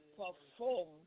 perform